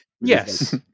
Yes